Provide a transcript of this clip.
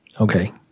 Okay